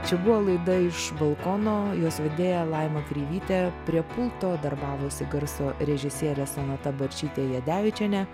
čia buvo laida iš balkono jos vedėja laima kreivytė prie pulto darbavosi garso režisierė sonata barčytė jadevičienė